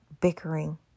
bickering